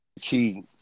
key